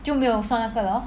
就没有算那个了 lor